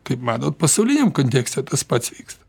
kaip manot pasauliniam kontekste tas pats vyksta